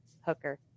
hooker